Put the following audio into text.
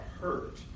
hurt